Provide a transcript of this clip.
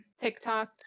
TikTok